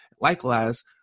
Likewise